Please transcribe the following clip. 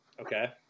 Okay